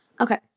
okay